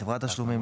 לחברת תשלומים,